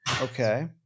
Okay